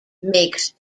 makes